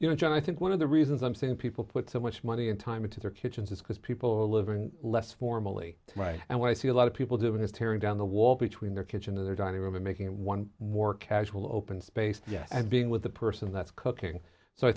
you know john i think one of the reasons i'm seeing people put so much money and time into their kitchens is because people are living less formally right and when i see a lot of people doing is tearing down the wall between their kitchen and their dining room and making one more casual open space and being with the person that's cooking so i